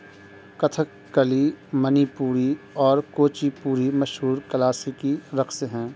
کتھک کلی منی پوری اور کوچی پوری مشہور کلاسیکی رقص ہیں